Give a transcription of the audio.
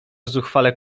zuchwale